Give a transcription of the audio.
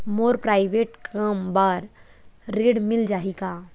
मोर private कम बर ऋण मिल जाही का?